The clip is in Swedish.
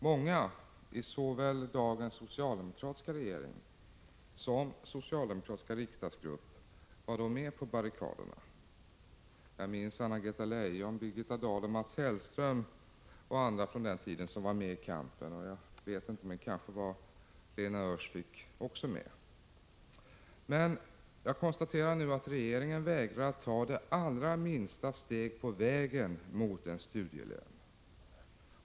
Många i såväl dagens socialdemokratiska regering som den socialdemokratiska riksdagsgruppen var då med på barrikaderna. Jag minns Anna-Greta Leijon, Birgitta Dahl, Mats Hellström och många andra från den tiden som var med i den kampen. Jag vet inte — men kanske var Lena Öhrsvik också med. Men jag konstaterar nu att regeringen vägrar att ta det allra minsta steg på vägen mot en studielön.